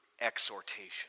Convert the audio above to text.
exhortation